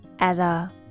Ada